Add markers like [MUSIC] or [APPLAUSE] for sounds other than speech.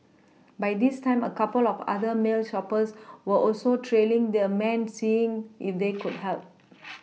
[NOISE] by this time a couple of other male shoppers were also trailing the man seeing if they could help [NOISE]